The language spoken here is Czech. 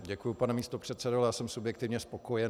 Děkuji, pane místopředsedo, ale já jsem subjektivně spokojen.